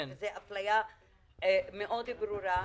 זה אפליה ברורה מאוד,